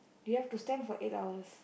you have to stand for eight hours